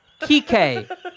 Kike